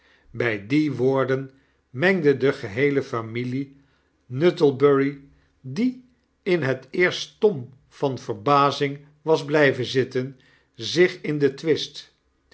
bij die woorden mengde de geheele familie nuttlebury die in het eerst stom van verbazing was blyven zitten zich in den twist